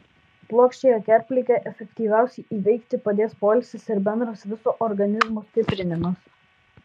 plokščiąją kerpligę efektyviausiai įveikti padės poilsis ir bendras viso organizmo stiprinimas